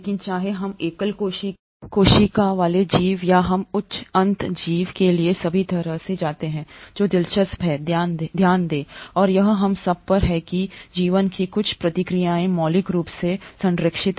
लेकिन चाहे हम एकल कोशिका वाले जीव या हम उच्च अंत जीव के लिए सभी तरह से जाते हैं जो दिलचस्प है ध्यान दें और यह हम सब पर है कि जीवन की कुछ प्रक्रियाएं मौलिक रूप से हैं संरक्षित